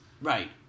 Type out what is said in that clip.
Right